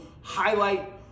highlight